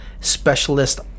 specialist